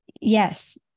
yes